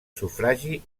sufragi